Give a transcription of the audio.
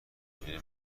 بمیره